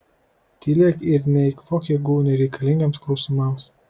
tylėk ir neeikvok jėgų nereikalingiems klausimams